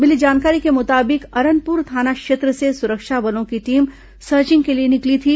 मिली जानकारी के मुताबिक अरनपुर थाना क्षेत्र से सुरक्षा बलों की टीम सर्चिंग के लिए निकली थी